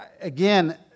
again